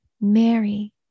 Mary